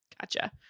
Gotcha